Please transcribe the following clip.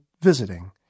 visiting